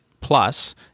plus